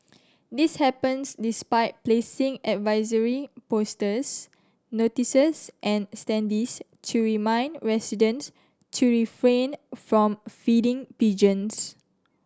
this happens despite placing advisory posters notices and standees to remind residents to refrain from feeding pigeons